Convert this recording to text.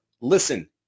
Listen